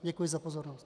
Děkuji za pozornost.